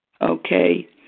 Okay